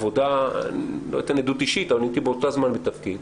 אני לא אתן עדות אישית אבל הייתי באותו זמן בתפקיד.